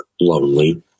lonely